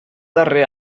darrer